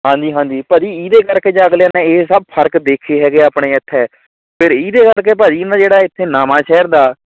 ਹਾਂਜੀ ਹਾਂਜੀ ਭਾਅ ਜੀ ਇਹਦੇ ਕਰਕੇ ਜ ਅਗਲਿਆਂ ਨੇ ਇਹ ਸਭ ਫ਼ਰਕ ਦੇੇਖੇ ਹੈਗੇ ਹੈ ਆਪਣੇ ਇੱਥੇ ਫਿਰ ਇਹਦੇ ਕਰਕੇ ਭਾਅ ਜੀ ਇਨ੍ਹਾਂ ਜਿਹੜਾ ਇੱਥੇ ਜਿਹੜਾ ਨਵਾਂਸ਼ਹਿਰ ਦਾ